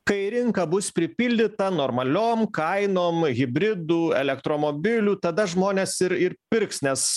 kai rinka bus pripildyta normaliom kainom hibridų elektromobilių tada žmonės ir ir pirks nes